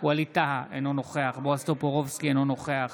ווליד טאהא, אינו נוכח בועז טופורובסקי, אינו נוכח